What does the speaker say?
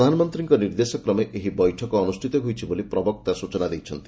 ପ୍ରଧାନମନ୍ତ୍ରୀଙ୍କ ନିର୍ଦ୍ଦେଶକ୍ରମେ ଏହି ବୈଠକ ଅନୁଷ୍ଠିତ ହୋଇଛି ବୋଲି ପ୍ରବକ୍ତା ସୂଚନା ଦେଇଛନ୍ତି